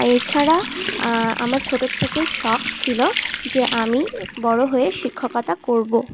এ ছাড়া আমার ছোটোর থেকেই শখ ছিল যে আমি বড়ো হয়ে শিক্ষকতা করবো